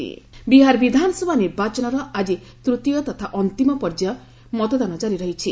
Bihar election Bihar ବିଧାନସଭା ନିର୍ବାଚନର ଆଜି ତୂତୀୟ ତଥା ଅନ୍ତିମ ପର୍ଯ୍ୟାୟ ମତଦାନ ଜାରି ରହିଛି